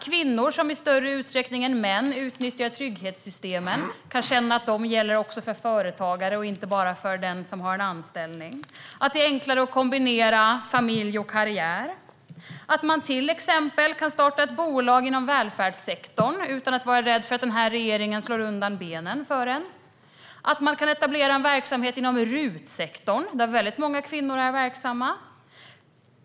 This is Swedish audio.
Kvinnor, som i större utsträckning än män utnyttjar trygghetssystemen, ska kunna känna att de gäller också för företagare och inte bara för den som har en anställning. Det behöver bli enklare att kombinera familj och karriär, och man ska till exempel kunna starta ett bolag inom välfärdssektorn utan att vara rädd för att den här regeringen slår undan benen för en. Man ska kunna etablera en verksamhet inom RUT-sektorn där många kvinnor är verksamma.